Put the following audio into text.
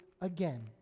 again